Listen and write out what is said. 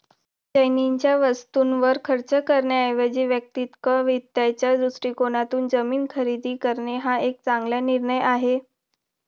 चैनीच्या वस्तूंवर खर्च करण्याऐवजी वैयक्तिक वित्ताच्या दृष्टिकोनातून जमीन खरेदी करणे हा एक चांगला निर्णय आहे